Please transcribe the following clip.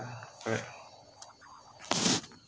ah correct